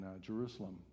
jerusalem